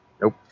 Nope